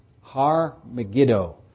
Har-Megiddo